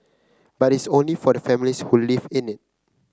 but it's only for the families who live in it